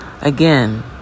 again